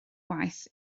gwaith